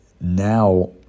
Now